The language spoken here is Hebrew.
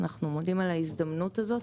אנחנו מודים על ההזדמנות הזאת.